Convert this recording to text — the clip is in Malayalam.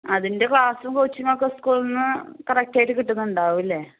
അതിൻറ്റെ ക്ലാസ്സും കോച്ചിങ്ങോക്കെ സ്കൂള്ന്ന് കറക്റ്റായിട്ട് കിട്ടുന്നുണ്ടാവൂല്ലേ